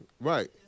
right